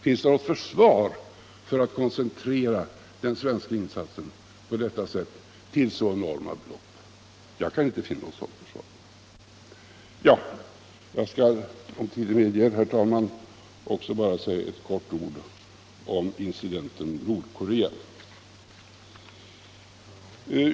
Finns det något försvar för att koncentrera den svenska insatsen på detta sätt till så enorma belopp? Jag kan inte finna något sådant försvar. Jag skall också, om tiden medger det, säga några ord i all korthet om incidenten Nordkorea.